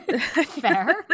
Fair